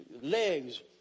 Legs